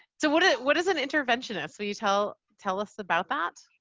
so what ah what is an interventionist? will you tell tell us about that?